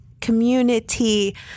community